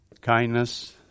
kindness